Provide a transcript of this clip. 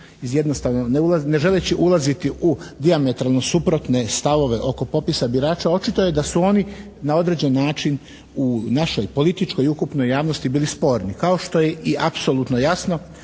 ne želeći ulaziti u dijametralno suprotne stavove oko popisa birača očito je da su oni na određen način u našoj političkoj i ukupnoj javnosti bili sporni kao što je i apsolutno jasno